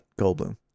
Goldblum